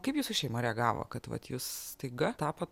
kaip jūsų šeima reagavo kad vat jūs staiga tapot